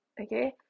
Okay